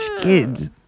kids